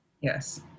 Yes